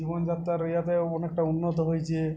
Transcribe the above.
জীবনযাত্রার ইয়াতেও অনেকটা উন্নত হয়েছে